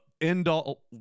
end-all